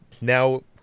now